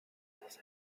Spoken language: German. dass